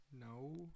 No